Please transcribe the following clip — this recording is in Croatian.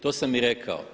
To sam i rekao.